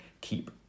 keep